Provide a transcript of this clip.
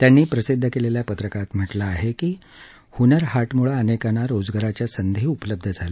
त्यांनी प्रसिद्ध केलेल्या पत्रकात म्हटलं आहे की हुनर हाटमुळे अनेकांना रोजगाराच्या संधी उपलब्ध झाल्या